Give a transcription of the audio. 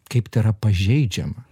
kaip tai yra pažeidžiama